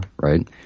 right